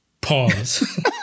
Pause